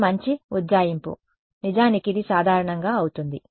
ఇది మంచి ఉజ్జాయింపు నిజానికి ఇది సాధారణంగా అవుతుంది